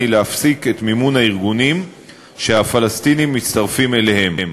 להפסיק את מימון הארגונים שהפלסטינים מצטרפים אליהם.